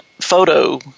photo